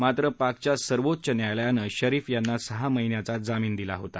मात्र पाकच्या सर्वोच्च न्यायालयानं शरीफ यांना सहा महिन्याचा जामीन दिला होता